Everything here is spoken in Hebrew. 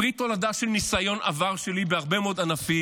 פרי תולדה של ניסיון עבר שלי בהרבה מאוד ענפים,